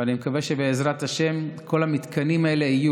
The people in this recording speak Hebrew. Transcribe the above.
ואני מקווה שבעזרת השם כל המתקנים האלה יהיו